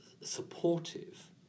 supportive